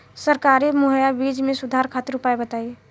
सरकारी मुहैया बीज में सुधार खातिर उपाय बताई?